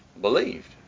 believed